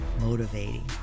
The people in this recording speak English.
motivating